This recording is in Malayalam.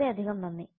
വളരെയധികം നന്ദി